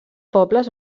pobles